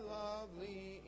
lovely